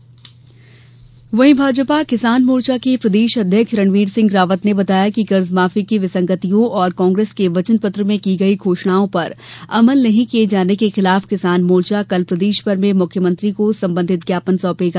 भाजपा ज्ञापन वहीं भाजपा किसान मोर्चा के प्रदेश अध्यक्ष रणवीर सिंह रावत ने बताया कि कर्ज माफी की विसंगतियों और कांग्रेस के वचन पत्र में की गई घोषणाओं पर अमल नहीं किये जाने के खिलाफ किसान मोर्चा कल प्रदेश भर में मुख्यमंत्री को संबंधित ज्ञापन सौंपेगा